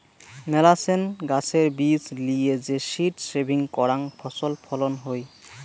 মেলাছেন গাছের বীজ লিয়ে যে সীড সেভিং করাং ফছল ফলন হই